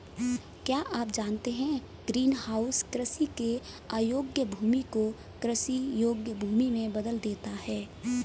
क्या आप जानते है ग्रीनहाउस कृषि के अयोग्य भूमि को कृषि योग्य भूमि में बदल देता है?